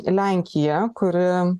lenkija kuri